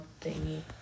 thingy